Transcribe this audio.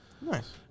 nice